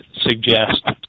suggest